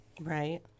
Right